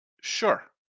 Sure